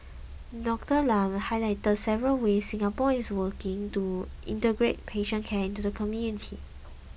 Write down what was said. Dr Lam highlighted several ways Singapore is working to integrate patient care into the community